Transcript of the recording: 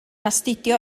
astudio